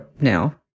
now